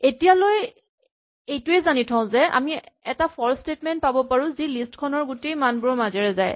এতিয়ালৈ এইটোৱেই জানি থওঁ যে আমি এটা ফৰ স্টেটমেন্ট পাব পাৰো যি লিষ্ট খনৰ গোটেই মানবোৰৰ মাজেৰে যায়